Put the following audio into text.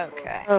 Okay